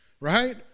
right